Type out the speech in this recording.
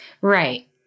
Right